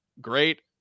great